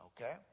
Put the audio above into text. Okay